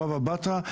בבא בתרא,